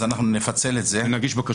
אז אנחנו נפצל את זה מהשאר.